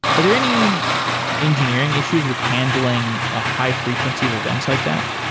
are there any engineering issues with handling a high-frequency of events like that?